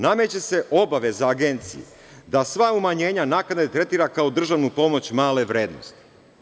Nameće se obaveza Agenciji da sva umanjenja, naknade tretira kao državnu pomoć male vrednosti.